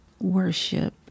worship